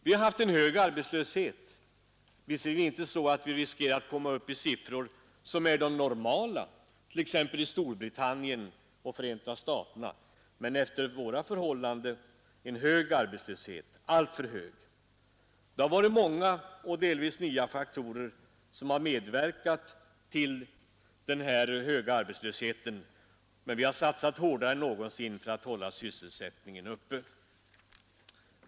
Vi har haft en hög arbetslöshet — visserligen inte sådan att vi riskerat komma upp i siffror som är de normala t.ex. i Storbritannien och Förenta staterna, men efter våra förhållanden hög, alltför hög. Det har varit många och delvis nya faktorer som har medverkat till den här höga arbetslösheten, men vi har satsat hårdare än någonsin på att hålla sysselsättningen uppe.